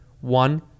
One